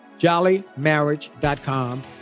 jollymarriage.com